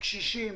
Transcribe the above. קשישים,